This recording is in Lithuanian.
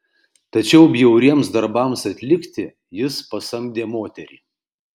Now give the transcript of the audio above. tačiau bjauriems darbams atlikti jis pasamdė moterį